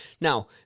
Now